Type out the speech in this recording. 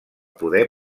poder